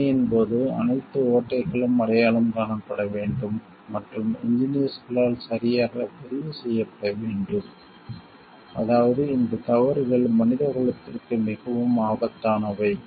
சோதனையின் போது அனைத்து ஓட்டைகளும் அடையாளம் காணப்பட வேண்டும் மற்றும் இன்ஜினியர்ஸ்களால் சரியாக பதிவு செய்யப்பட வேண்டும் அதாவது இந்த தவறுகள் மனித குலத்திற்கு மிகவும் ஆபத்தானவை